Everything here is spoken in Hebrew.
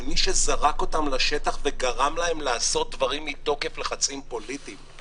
על מי שזרק אותם לשטח וגרם להם לעשות דברים מתוקף לחצים פוליטיים,